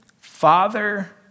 Father